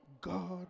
god